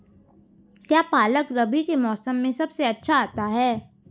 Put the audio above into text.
क्या पालक रबी के मौसम में सबसे अच्छा आता है?